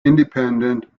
independent